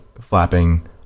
flapping